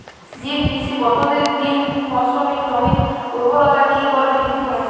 জৈব কৃষি পদ্ধতিতে তিন ফসলী জমির ঊর্বরতা কি করে বৃদ্ধি করা য়ায়?